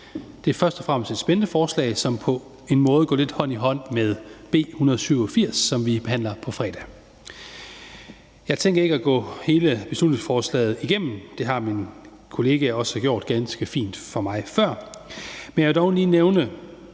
Det er først og fremmest et spændende forslag, som på en måde går lidt hånd i hånd med B 187, som vi behandler på fredag. Jeg tænker ikke at gå hele beslutningsforslaget igennem. Det har mine kollegaer før mig allerede gjort ganske fint, men jeg vil dog lige nævne